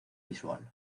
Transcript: visual